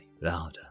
louder